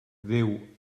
déu